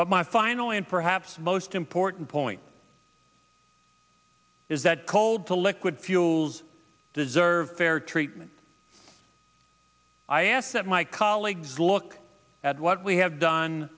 but my final and perhaps most important point is that cold to liquid fuels deserve fair treatment i ask that my colleagues look at what we have done